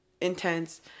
intense